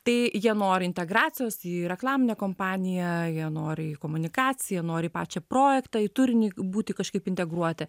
tai jie nori integracijos į reklaminę kompaniją jie nori į komunikaciją jie nori pačią projektą į turinį būti kažkaip integruoti